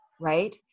right